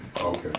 Okay